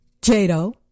Jado